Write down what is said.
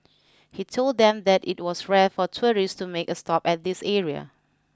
he told them that it was rare for tourists to make a stop at this area